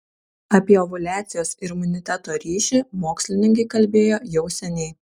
apie ovuliacijos ir imuniteto ryšį mokslininkai kalbėjo jau seniai